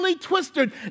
Twisted